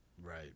Right